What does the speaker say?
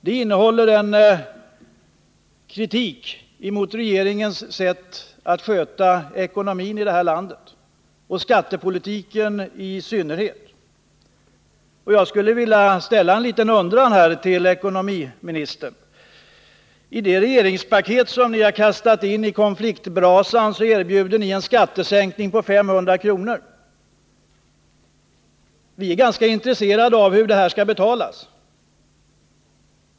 De innehåller en kritik emot regeringens sätt att sköta ekonomin i det här landet, och skattepolitiken i synnerhet. Jag skulle vilja framföra en liten undran till ekonomiministern. I det regeringspaket som ni har kastat in i konfliktbrasan erbjuder ni en skattesänkning på 500 kr. Vi är ganska intresserade av hur det här skall betalas.